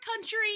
country